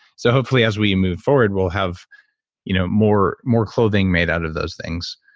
so hopefully as we move forward, we'll have you know more more clothing made out of those things.